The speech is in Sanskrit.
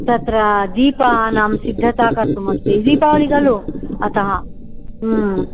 तत्र दीपानां सिद्धाता कर्तुमस्ति दीपावळि खलु अतः ह्म्